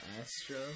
Astro